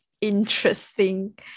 interesting